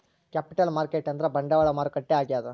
capital market ಅಂದ್ರ ಬಂಡವಾಳ ಮಾರುಕಟ್ಟೆ ಆಗ್ಯಾದ